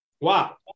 Wow